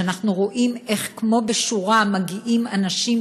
כשאנחנו רואים איך כמו בשורה מגיעים אנשים